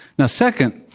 now, second,